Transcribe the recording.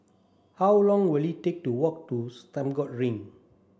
how long will it take to walk to Stagmont Ring